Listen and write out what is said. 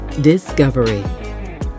Discovery